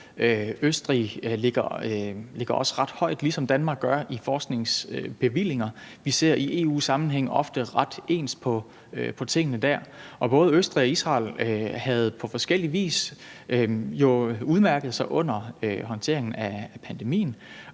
Østrig ligger også ret højt, ligesom Danmark gør, i forskningsbevillinger. Vi ser i EU-sammenhæng ofte ret ens på tingene der, og både Østrig og Israel havde jo på forskellig vis udmærket sig under håndteringen af pandemien,